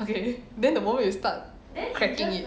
okay then the moment you start cracking it